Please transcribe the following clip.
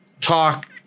Talk